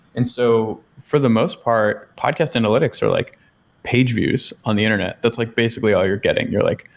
and so for the most part, podcast analytics are like page views on the internet. that's like basically all you're getting. you're like,